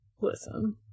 Listen